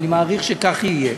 ואני מעריך שכך יהיה,